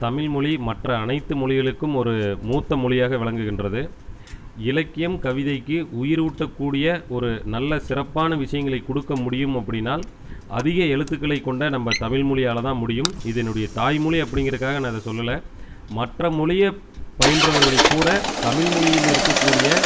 தமிழ்மொழி மற்ற அனைத்து மொழிகளுக்கும் ஒரு மூத்த மொழியாக விளங்குகின்றது இலக்கியம் கவிதைக்கு உயிரூட்டக்கூடிய ஒரு நல்ல சிறப்பான விஷயங்களை கொடுக்க முடியும் அப்படினால் அதிக எழுத்துக்களைக் கொண்ட நம்ம தமிழ் மொழியால் தான் முடியும் இது என்னுடைய தாய் மொழி அப்டிங்கிறதுக்காக நான் இதை சொல்லலை மற்ற மொழியை பயின்றவர்கள் கூட தமிழ் மொழியில் இருக்கக்கூடிய